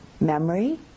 Memory